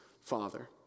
father